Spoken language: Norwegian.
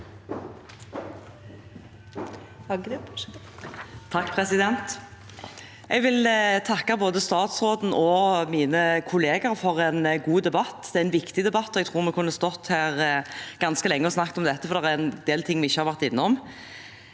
Jeg vil takke både statsråden og mine kollegaer for en god debatt. Det er en viktig debatt, og jeg tror vi kunne stått her ganske lenge og snakket om dette, for det er en del ting vi ikke har vært innom.